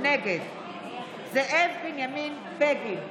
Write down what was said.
נגד זאב בנימין בגין,